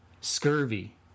scurvy